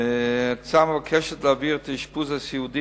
ההצעה מבקשת להעביר את האשפוז הסיעודי